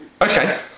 Okay